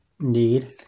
Indeed